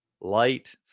Light